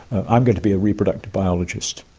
i'm going to be a reproductive biologist.